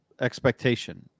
expectation